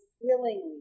willingly